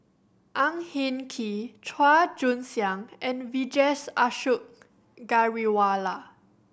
Ang Hin Kee Chua Joon Siang and Vijesh Ashok Ghariwala